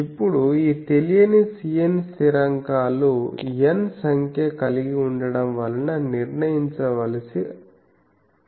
ఇప్పుడు ఈ తెలియని cn స్థిరాంకాలు N సంఖ్య కలిగి ఉండడం వలన నిర్ణయించవలసి అవసరం ఉంది